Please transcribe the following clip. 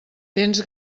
tens